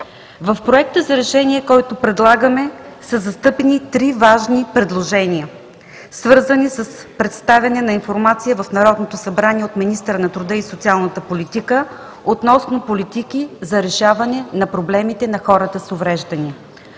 В Проекта за решение, който предлагаме, са застъпени три важни предложения, свързани с представяне на информация в Народното събрание от министъра на труда и социалната политика относно политики за решаване на проблемите на хората с увреждания.